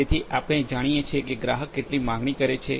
તેથી આપણે જાણીએ છીએ કે ગ્રાહક કેટલી માંગણી કરે છે